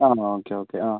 അ okay okay അ